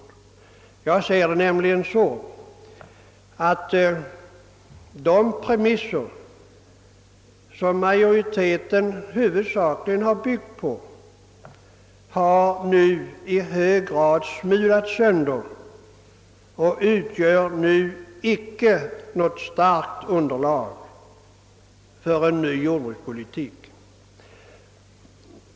Jag ser nämligen frågan så att de premisser som majoriteten huvudsakligen har byggt på nu har smulats sönder och inte utgör något starkt underlag för en ny jordbrukspolitik.